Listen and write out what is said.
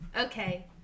Okay